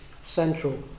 central